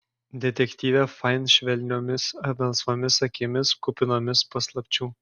detektyvė fain švelniomis melsvomis akimis kupinomis paslapčių